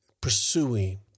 pursuing